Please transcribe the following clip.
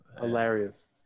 Hilarious